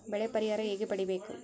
ಬೆಳೆ ಪರಿಹಾರ ಹೇಗೆ ಪಡಿಬೇಕು?